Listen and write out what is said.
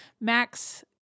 Max